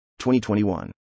2021